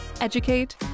educate